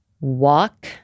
walk